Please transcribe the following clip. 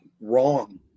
wrong